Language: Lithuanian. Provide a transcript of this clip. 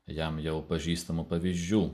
jam jau pažįstamų pavyzdžių